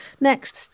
next